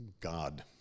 God